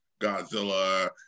Godzilla